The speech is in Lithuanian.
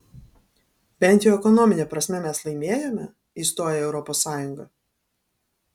bent jau ekonomine prasme mes laimėjome įstoję į europos sąjungą